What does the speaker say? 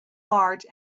large